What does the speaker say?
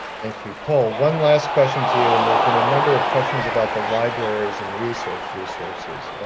thank you. paul, one last question to you and there's been a number of questions about the libraries and research resources.